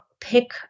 pick